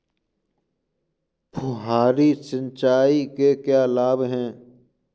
फुहारी सिंचाई के क्या लाभ हैं?